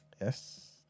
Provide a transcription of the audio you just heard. yes